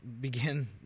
begin